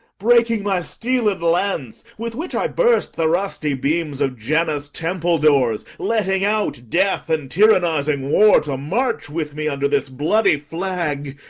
breaking my steeled lance, with which i burst the rusty beams of janus' temple-doors, letting out death and tyrannizing war, to march with me under this bloody flag!